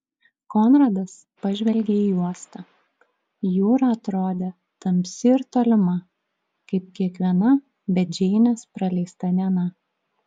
konradas pažvelgė į uostą jūra atrodė tamsi ir tolima kaip kiekviena be džeinės praleista diena